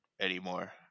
anymore